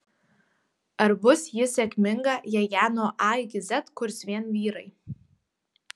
ar bus ji sėkminga jei ją nuo a iki z kurs vien vyrai